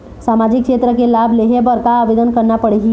सामाजिक क्षेत्र के लाभ लेहे बर का आवेदन करना पड़ही?